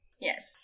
Yes